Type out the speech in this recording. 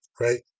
right